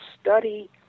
study